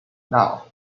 now